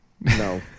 No